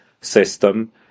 system